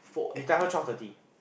you tell her twelve thirty